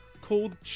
called